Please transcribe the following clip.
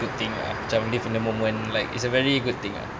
good thing ah macam live in the moment like it's a very good thing ah